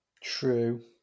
True